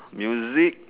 music